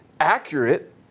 accurate –